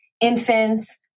infants